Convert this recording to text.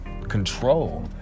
control